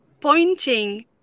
pointing